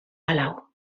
palau